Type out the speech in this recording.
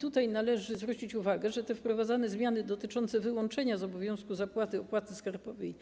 Tutaj należy zwrócić uwagę, że te wprowadzane zmiany dotyczące wyłączenia z obowiązku zapłaty opłaty skarbowej